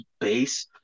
base